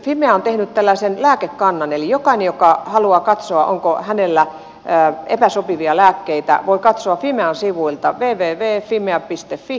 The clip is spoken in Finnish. fimea on tehnyt tällaisen lääkekannan eli jokainen joka haluaa katsoa onko hänellä epäsopivia lääkkeitä voi katsoa fimean sivuilta www